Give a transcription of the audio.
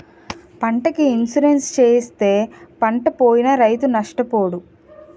పంటకి ఇన్సూరెన్సు చేయిస్తే పంటపోయినా రైతు నష్టపోడు